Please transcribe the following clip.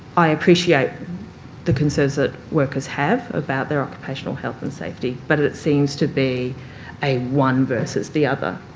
i appreciate the concerns that workers have about their occupational health and safety but it seems to be a one versus the other.